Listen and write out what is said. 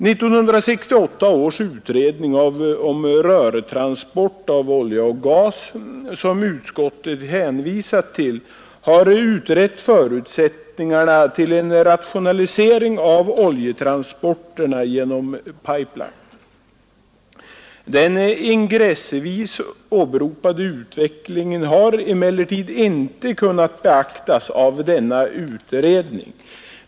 1968 års utredning om rörtransport av olja och gas, som utskottet hänvisat till, har utrett förutsättningarna för en rationalisering av oljetransporterna genom pipe-lines. Den ingressvis åberopade utvecklingen har emellertid inte kunnat beaktas av denna utredning.